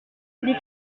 les